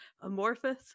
amorphous